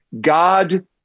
God